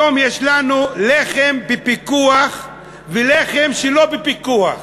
היום יש לנו לחם בפיקוח ולחם שלא בפיקוח.